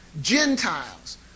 Gentiles